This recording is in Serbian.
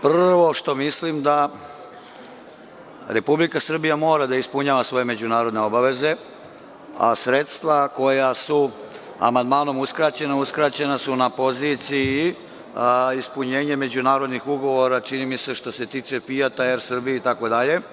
Prvo, što mislim da Republika Srbija mora da ispunjava svoje međunarodne obaveze, a sredstva koja su amandmanom uskraćena, uskraćena su na poziciji - ispunjenje međunarodnih ugovora, čini mi se, što se tiče „Fijata“, „Er Srbije“ itd.